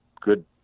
good